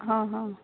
ହଁ ହଁ